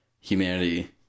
humanity